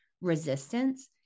resistance